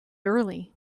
early